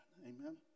Amen